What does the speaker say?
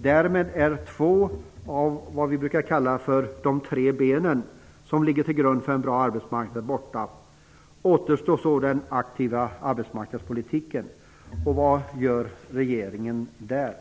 Därmed är två av de tre "ben" som ligger till grund för en bra arbetsmarknad borta. Återstår så den aktiva arbetsmarknadspolitiken. Vad gör regeringen där?